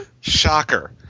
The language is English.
shocker